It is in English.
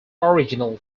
original